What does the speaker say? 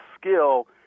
skill